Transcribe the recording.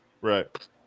Right